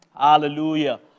Hallelujah